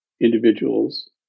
individuals